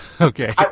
Okay